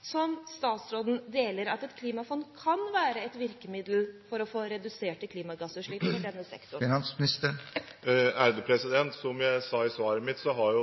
som statsråden deler – at et klimafond kan være et virkemiddel for å få reduserte klimagassutslipp i denne sektoren? Som jeg sa i svaret mitt, har